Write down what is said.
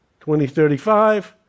2035